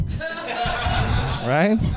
Right